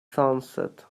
sunset